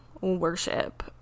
worship